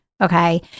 okay